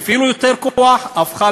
חברי חברי